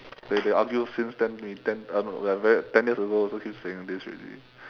like they argue since ten mil~ ten uh no we are very ten years ago also keep saying this already